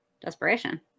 desperation